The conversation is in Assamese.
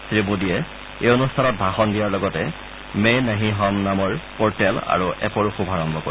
শ্ৰীমোডীয়ে এই অনুষ্ঠানত ভাষণ দিয়াৰ লগতে মে নহী হম নামৰ পৰ্টেল আৰু এপৰো শুভাৰম্ভ কৰিব